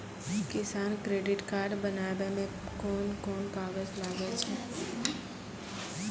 किसान credit card बनाबै मे कोन कोन कागज लागै छै?